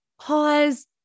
pause